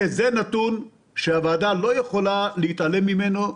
זה נתון שהוועדה לא יכולה להתעלם ממנו,